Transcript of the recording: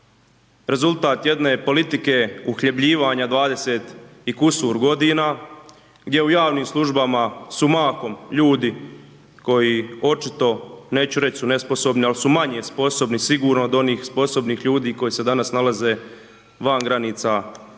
rezultat jedne politike uhljebljivanja 20 i kusur godina, gdje u javnim službama su mahom ljudi koji očito, neću reć su nesposobni, al su manje sposobni sigurno od onih sposobnih ljudi koji se danas nalaze van granica RH